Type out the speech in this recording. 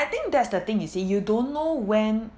I think that's the thing you see you don't know when